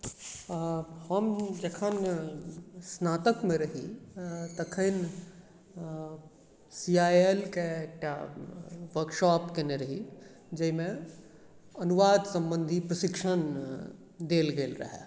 हम जखन स्नातकमे रही तखन सी आइ एल के एकटा वर्कशॉप केने रही जाहिमे अनुवाद सम्बन्धी प्रशिक्षण देल गेल रहै